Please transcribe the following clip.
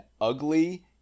ugly